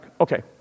Okay